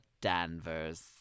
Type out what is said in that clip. Danvers